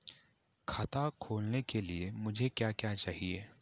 खाता खोलने के लिए मुझे क्या क्या चाहिए?